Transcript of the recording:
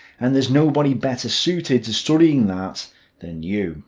and there's nobody better suited to studying that than you.